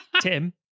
Tim